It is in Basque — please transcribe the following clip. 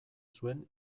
zuen